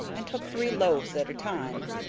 and took three loaves at a time.